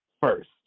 first